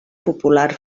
popular